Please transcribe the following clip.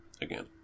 Again